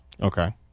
Okay